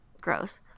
Gross